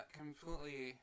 completely